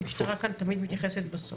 המשטרה כאן תמיד מתייחסת בסוף.